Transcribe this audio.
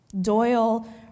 Doyle